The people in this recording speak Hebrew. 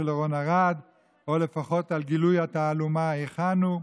לרון ארד או לפחות על גילוי התעלומה היכן הוא,